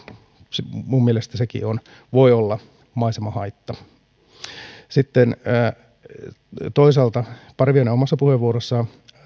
minun mielestäni sekin voi olla maisemahaitta toisaalta parviainen omassa puheenvuorossaan